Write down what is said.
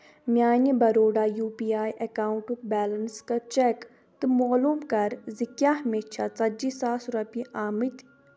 میانہِ Baroda U P I اکاونٹُک balance کَر چٮ۪ک تہٕ معلوٗم کَر زِ کیٛاہ مےٚ چھےٚ ژَتجِی ساس رۄپیہِ آمٕتۍ